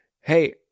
hey